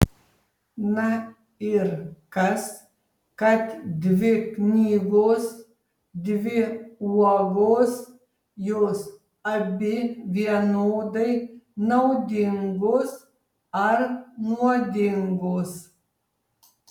na ir kas kad dvi knygos dvi uogos jos abi vienodai naudingos ar nuodingos